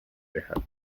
werden